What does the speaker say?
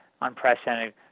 unprecedented